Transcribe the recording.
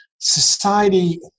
society